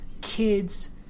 kids